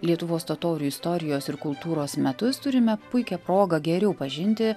lietuvos totorių istorijos ir kultūros metus turime puikią progą geriau pažinti